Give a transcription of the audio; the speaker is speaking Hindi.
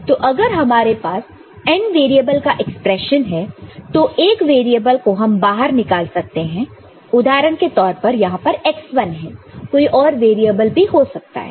तो अगर हमारे पास n वेरिएबल का एक्सप्रेशन है तो एक वेरिएबल को हम बाहर निकाल सकते हैं उदाहरण के तौर पर यहां पर x1 है कोई और वेरिएबल भी हो सकता है